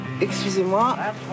Excusez-moi